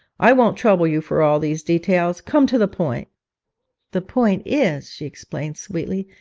i won't trouble you for all these details. come to the point the point is she explained sweetly,